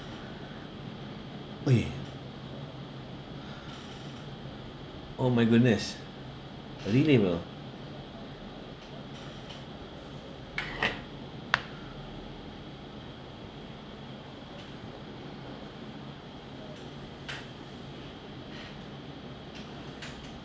!oi! oh my goodness oh really bro